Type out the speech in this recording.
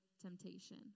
temptation